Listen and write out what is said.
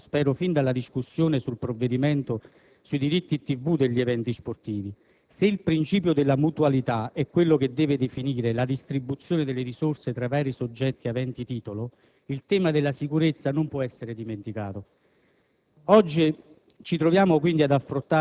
E' una riflessione che avremo modo di affrontare presto, spero fin dalla discussione sul provvedimento sui diritti TV degli eventi sportivi. Se il principio della mutualità è quello che deve definire la distribuzione delle risorse tra i vari soggetti aventi titolo, il tema della sicurezza non può essere dimenticato.